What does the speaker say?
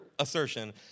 assertion